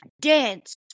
Dance